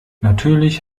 natürlich